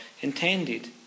intended